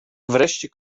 wreszcie